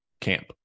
camp